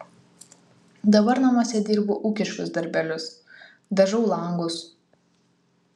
dabar namuose dirbu ūkiškus darbelius dažau langus